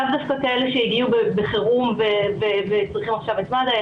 לאו דווקא כאלה שהגיעו בחירום וצריכים עכשיו את מד"א,